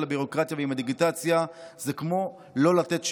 הביורוקרטיה ועם הדיגיטציה זה כמו לא לתת שירות.